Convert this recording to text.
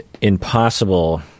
impossible